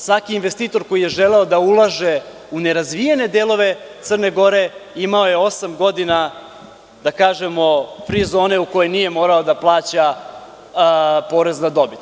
Svaki investitor koji je želeo da ulaže u nerazvijene delove Crne Gore imao je osam godina „fri“ zone u kojoj nije morao da plaća porez na dobit.